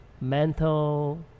mental